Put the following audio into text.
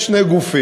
יש שני גופים,